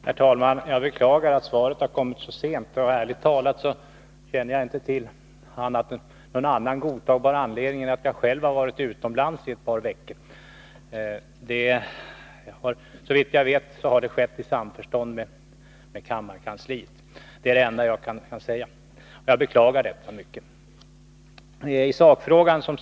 Herr talman! Jag beklagar att svaret har kommit så sent. Ärligt talat känner jag inte till någon annan godtagbar anledning än att jag har varit utomlands i ett par veckor. Såvitt jag vet har uppskjutandet av besvarandet skett i samförstånd med kammarkansliet. Det är det enda jag kan säga. Jag beklagar mycket att svaret har dröjt.